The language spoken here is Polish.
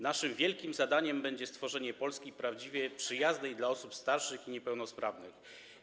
Naszym wielkim zadaniem będzie stworzenie Polski prawdziwie przyjaznej dla osób starszych i niepełnosprawnych.